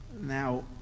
Now